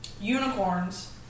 unicorns